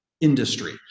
industry